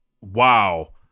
wow